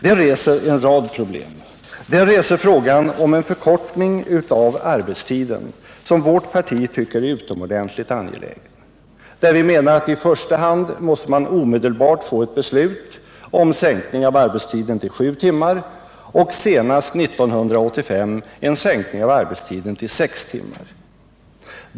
Detta reser en rad problem. Det reser frågan om en förkortning av arbetstiden, som vårt parti tycker är utomordentligt angelägen. Vi menar att man i första hand omedelbart måste få ett beslut om en sänkning av arbetstiden till 7 timmar. Senast 1985 vill vi ha en sänkning av arbetstiden till 6 timmar.